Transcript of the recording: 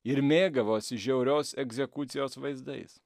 ir mėgavosi žiaurios egzekucijos vaizdais